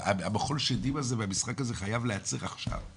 המחול שדים הזה והמשחק הזה חייב לעצר עכשיו.